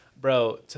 bro